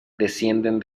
descienden